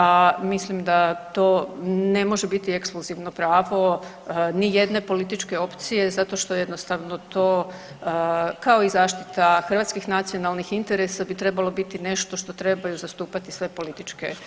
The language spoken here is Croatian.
a mislim da to ne može biti ekskluzivno pravo nijedne političke opcije zato što jednostavno to kao i zaštita hrvatskih nacionalnih interesa bi trebalo biti nešto što trebaju zastupati sve političke opcije.